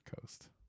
coast